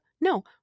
No